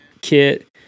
kit